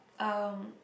um